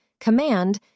command